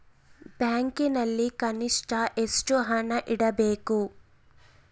ಬ್ಯಾಂಕಿನಲ್ಲಿ ಕನಿಷ್ಟ ಎಷ್ಟು ಹಣ ಇಡಬೇಕು?